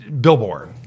billboard